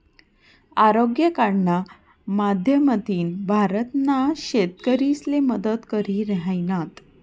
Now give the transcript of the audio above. आरोग्य कार्डना माध्यमथीन भारतना शेतकरीसले मदत करी राहिनात